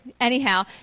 Anyhow